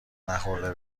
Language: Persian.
نخورده